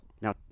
Now